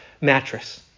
mattress